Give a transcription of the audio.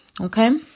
Okay